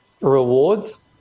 rewards